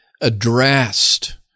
addressed